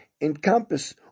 encompass